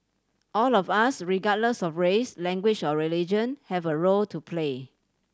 all of us regardless of race language or religion have a role to play